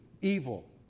evil